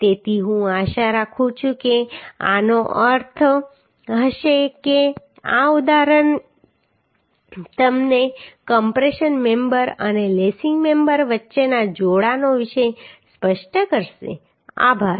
તેથી હું આશા રાખું છું કે આનો અર્થ એ હશે કે આ ઉદાહરણ તમને કમ્પ્રેશન મેમ્બર અને લેસિંગ મેમ્બર વચ્ચેના જોડાણો વિશે સ્પષ્ટ કરશે આભાર